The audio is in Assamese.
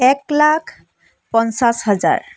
এক লাখ পঞ্চাছ হাজাৰ